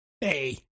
Hey